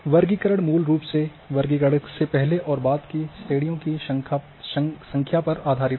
वर्गीकरण मूल रूप से वर्गीकरण से पहले और बाद की श्रेणियों की संख्या पर आधारित है